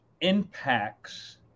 impacts